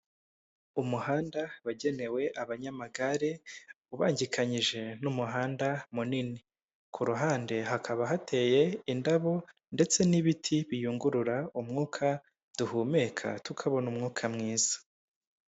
Umuhanda wagenewe abanyamagare ubangikanyije n'umuhanda munini, ku ku ruhande hakaba hateye indabo ndetse n'ibiti biyungurura umwuka duhumeka, tukabona umwuka mwiza.